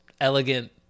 elegant